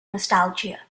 nostalgia